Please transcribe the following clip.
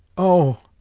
oh!